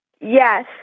Yes